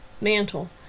mantle